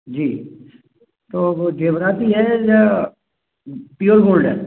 जी तो वो ज़ेवराती है या प्योर गोल्ड है